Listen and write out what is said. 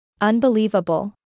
Unbelievable